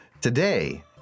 Today